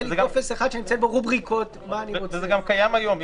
יהיה לי טופס אחד שאני מציין בו מה אני רוצה זה גם קיים היום.